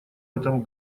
этом